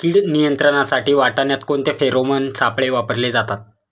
कीड नियंत्रणासाठी वाटाण्यात कोणते फेरोमोन सापळे वापरले जातात?